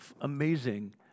amazing